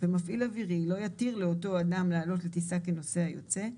ומפעיל אווירי לא יתיר לאותו אדם לעלות לטיסה כנוסע יוצא,